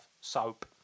Soap